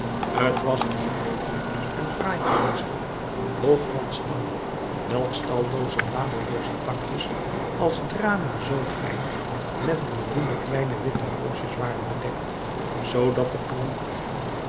t was een zonderlinge en fraaie heester hoog van stam welks tallooze bladerlooze takjes als draden zoo fijn met millioenen kleine witte roosjes waren bedekt zoodat de plant